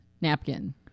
napkin